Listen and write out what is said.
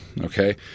Okay